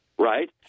Right